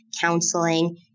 counseling